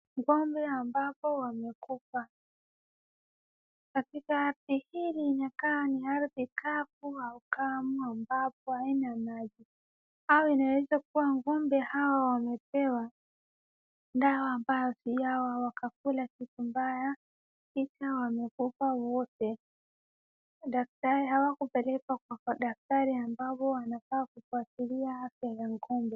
Ng'ombe ambapo wamekufa. Katika ardhi hili, inakaa ni ardhi kavu au kame ambapo haina maji. Au inaweza kuwa ng'ombe hawa wamepewa dawa ambayo si yao, wakakula kitu mbaya, picha wamekufa wote. Daktari hawakupelekwa kwa daktari ambapo wanafaa kufuatilia afya ya ng'ombe.